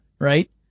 Right